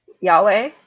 Yahweh